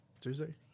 tuesday